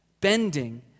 bending